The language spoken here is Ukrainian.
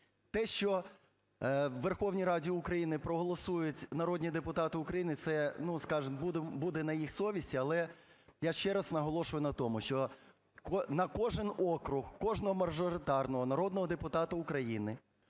Те, що у Верховній Раді України проголосують народні депутати України, це, ну скажемо, буде на їх совісті. Але я ще раз наголошую на тому, що на кожен округ кожного мажоритарного народного депутата України